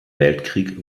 weltkrieg